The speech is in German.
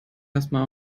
erstmal